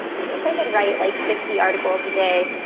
i wish i could write like fifty articles a day.